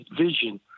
vision